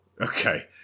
Okay